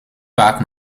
vaak